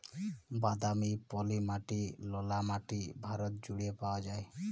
বাদামি, পলি মাটি, ললা মাটি ভারত জুইড়ে পাউয়া যায়